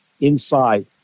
inside